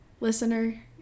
Listener